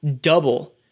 double